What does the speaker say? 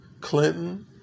Clinton